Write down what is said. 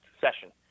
session